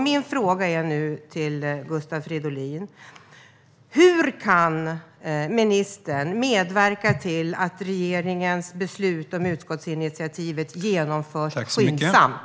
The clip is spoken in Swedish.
Min fråga är nu till Gustav Fridolin: Hur kan ministern medverka till att regeringens beslut om utskottsinitiativet genomförs skyndsamt?